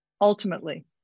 Ultimately